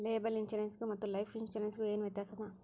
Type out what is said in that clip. Liable insurance ಗು ಮತ್ತ life insurance ಗು ಏನ್ ವ್ಯಾತ್ಯಾಸದ?